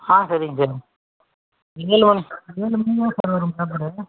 ஆ சரிங்க சார் ஓன ஏழு மணிக்கு தான் சார் வரும் பேப்பரு